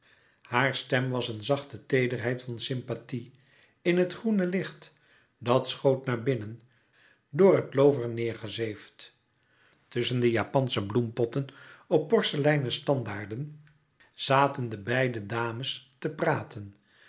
haar stem was een zachte teederheid van sympathie in het groene licht dat schoot naar binnen door het loover neêrgezeefd tusschen de japansche bloempotten op porceleinen standaarden zaten de beide dames te praten